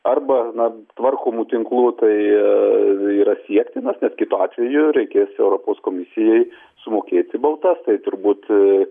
arba na tvarkomų tinklų tai yra siektina nes kitu atveju reikės europos komisijai sumokėti baudas tai turbūt